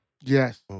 Yes